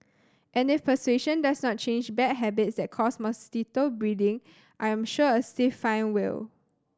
and if persuasion does not change bad habits that cause mosquito breeding I am sure a stiff fine will